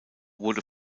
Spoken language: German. wurde